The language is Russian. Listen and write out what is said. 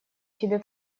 тебе